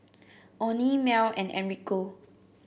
Onie Mell and Enrico